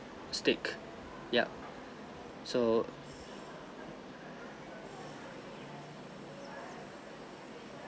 steak yup so